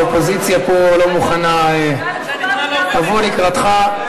האופוזיציה לא מוכנה לבוא לקראתך.